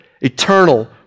eternal